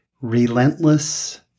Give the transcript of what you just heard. relentless